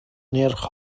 نرخ